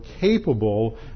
capable